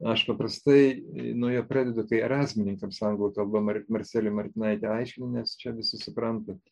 aš paprastai nuo jo pradedu kai erazmininkams anglų kalba mar marcelijų martinaitį aiškinu nes čia visi supranta